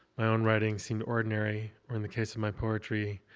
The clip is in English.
my own writing seemed ordinary, or, in the case of my poetry,